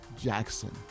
Jackson